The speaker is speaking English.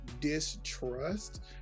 distrust